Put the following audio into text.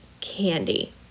candy